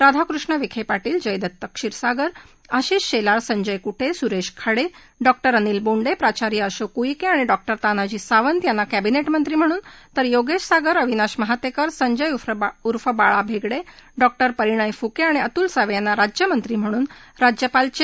राधाकृष्ण विखे पार्टील जयदत्त क्षीरसागर आशिष शेलार संजय कुँ सुरेश खाडे डॉक्टरे अनिल बोंडे प्राचार्य अशोक उईके आणि डॉक्टरे तानाजी सावंत यांना कॅबिने मंत्री म्हणून तर योगेश सागर अविनाश महातेकर संजय उर्फ बाळा भेगडे डॉक्टरे परिणय फुके आणि अतुल सावे यांना राज्यमंत्री म्हणून राज्यपाल सी